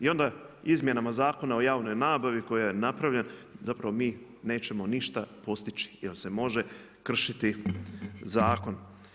I onda izmjenama Zakona o javnoj nabavi koja je napravljena zapravo mi nećemo ništa postići jer se može kršiti zakon.